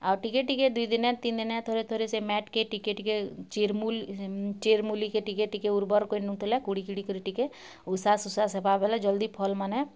ଆଉ ଟିକେ ଟିକେ ଦୁଇ୍ ଦିନେ ତିନ୍ ଦିନେ ଥରେ ଥରେ ସେ ମାଟ୍ କେ ଟିକେ ଟିକେ ଚିର୍ମୂଲ୍ ଚିର୍ମୂଲି କେ ଟିକେ ଟିକେ ଉର୍ବର୍ କରିନଉଥିଲେ କୁଡ଼ିକଡ଼ି କରି ଟିକେ ଉଷାସ୍ ଉଷାସ୍ ହେବା ବୋଲେ ଜଲଦି ଫଲ୍ ମାନେ